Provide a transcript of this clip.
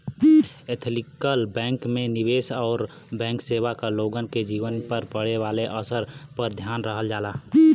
ethical bank में निवेश आउर बैंक सेवा क लोगन के जीवन पर पड़े वाले असर पर ध्यान रखल जाला